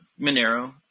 Monero